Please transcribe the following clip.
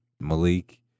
malik